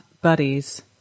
buddies